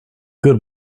good